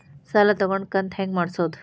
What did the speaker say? ಸಾಲ ತಗೊಂಡು ಕಂತ ಹೆಂಗ್ ಮಾಡ್ಸೋದು?